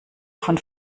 von